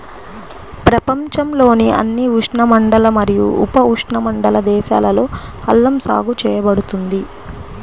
ప్రపంచంలోని అన్ని ఉష్ణమండల మరియు ఉపఉష్ణమండల దేశాలలో అల్లం సాగు చేయబడుతుంది